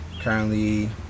currently